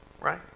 right